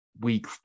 week